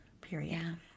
Period